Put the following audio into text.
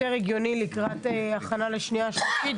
הגיוני לקראת הכנה לקריאה שנייה ושלישית,